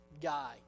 guy